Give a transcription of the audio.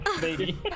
baby